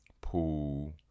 pool